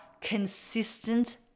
consistent